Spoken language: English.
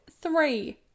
three